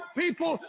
people